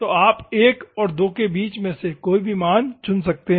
तो आप 1 और 2 के बीच में से कोई भी मान चुन सकते हैं